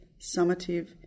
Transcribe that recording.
summative